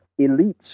elites